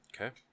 Okay